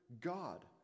God